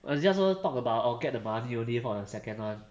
it's just want talk about I'll get the money only for the second one